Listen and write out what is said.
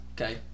okay